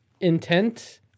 Intent